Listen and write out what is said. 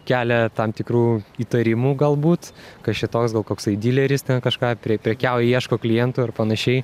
kelia tam tikrų įtarimų galbūt kas čia toks gal koksai dileris ten kažką pre prekiauja ieško klientų ir panašiai